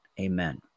Amen